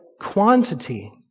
quantity